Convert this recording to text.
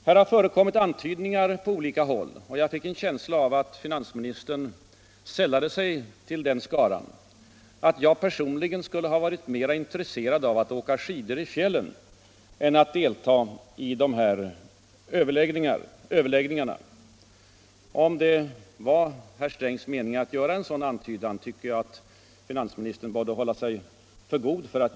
Här har förekommit antydningar från olika håll — och jag fick en känsla av att finansministern sällade sig till skaran av antydare — om att jag personligen skulle ha varit mera intresserad av att åka skidor i fjällen än att delta i överläggningarna. Jag vet inte om det var herr Strängs mening att göra en sådan antydan, men om så var fallet tycker jag att han borde hålla sig för god för det.